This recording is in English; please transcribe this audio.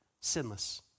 sinless